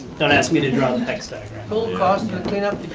don't ask me to draw the hex diagram. full cost cleanup